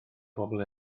bobol